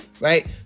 Right